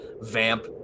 vamp